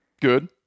Good